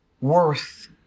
Worth